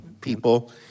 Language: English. people